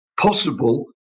possible